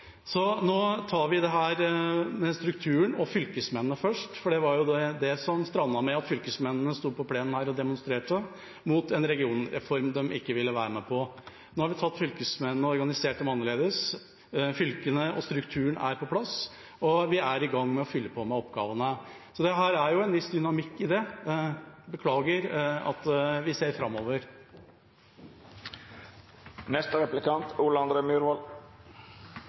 Så skjedde det egentlig ingenting med oppgavene, og dermed falt strukturen i fisk. Nå tar vi dette med strukturen og fylkesmennene først, for det var det som det strandet på da fylkesmennene sto her på plenen og demonstrerte mot en regionreform de ikke ville være med på. Nå har vi tatt fylkesmennene og organisert dem annerledes. Fylkene og strukturen er på plass, og vi er i gang med å fylle på med oppgavene. Det er jo en viss dynamikk i det. Beklager at vi ser framover.